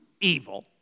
evil